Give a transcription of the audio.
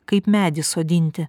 kaip medį sodinti